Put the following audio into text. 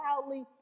loudly